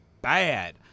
bad